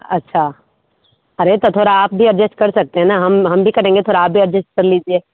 अच्छा अरे तो थोड़ा आप भी अड्जेस्ट कर सकते हैं ना हम हम भी करेंगे थोड़ा आप भी अड्जेस्ट कर लीजिए